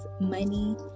money